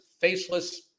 faceless